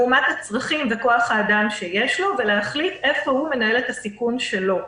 לעומת הצרכים וכוח האדם שיש לו ולהחליט איפה הוא מנהל את הסיכון שלו,